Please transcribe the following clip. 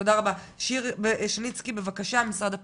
תודה רבה, שירי שניצקי, בבקשה משרד הפנים.